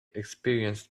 experienced